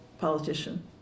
politician